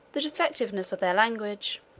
the defectiveness of their language.